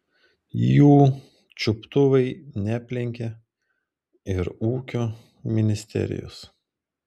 jų čiuptuvai neaplenkė ir ūkio ministerijos